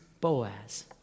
Boaz